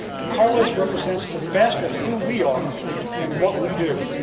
decarlos represents the best of who we are and what we do.